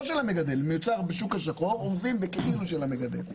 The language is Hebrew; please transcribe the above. של המגדל אלא היא מיוצרת בשוק השחור וזה כאילו של המגדל.